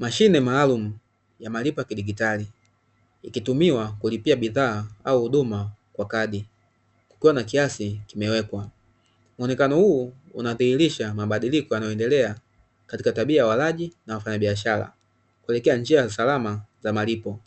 Mashine maalumu ya malipo ya kidigitali, ikitumiwa kulipia bidhaa au huduma kwa kadi, kukiwa na kiasi kimewekwa. Muonekano huu unadhihirisha mabadiliko yanayoendelea katika tabia ya walaji na wafanyabiashara kuelekea njia za usalama za malipo.